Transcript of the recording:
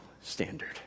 standard